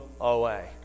away